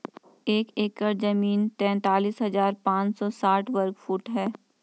एक एकड़ जमीन तैंतालीस हजार पांच सौ साठ वर्ग फुट है